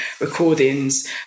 recordings